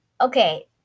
Okay